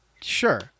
Sure